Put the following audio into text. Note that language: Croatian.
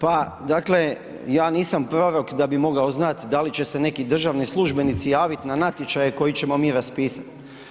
Hvala, dakle ja nisam prorok da bi mogao znat da li će se neki državni službenici javit na natječaje koje ćemo mi raspisati.